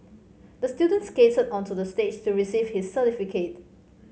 the student skated onto the stage to receive his certificate